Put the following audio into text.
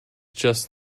just